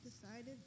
decided